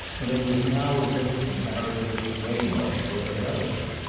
and it was now as if, comparatively, waymarsh were a relative.